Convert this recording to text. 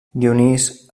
dionís